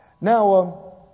Now